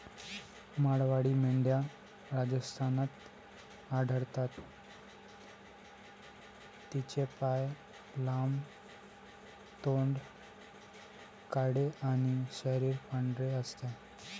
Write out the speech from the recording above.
मारवाडी मेंढ्या राजस्थानात आढळतात, तिचे पाय लांब, तोंड काळे आणि शरीर पांढरे असते